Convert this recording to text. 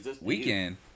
Weekend